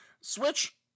Switch